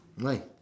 why